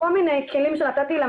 כל מיני כלים שנתתי להם,